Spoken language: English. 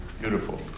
beautiful